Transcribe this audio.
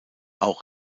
auch